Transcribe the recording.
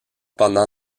pendant